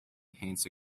paints